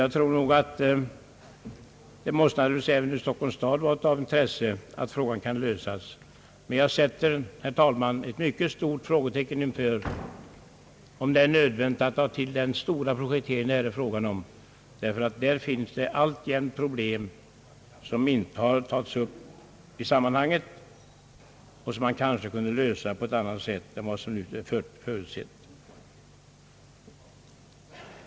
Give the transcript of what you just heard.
Även för Stockholms stad måste det naturligtvis vara av intresse att frågan kan lösas. Men jag sätter, herr talman, ett mycket stort frågetecken för om det är nödvändigt att ta till den stora projektering som det nu är fråga om — det finns alltjämt problem som inte tagits upp i sammanhanget och som kanske kunde lösas på annat sätt än som nu avses.